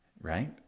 right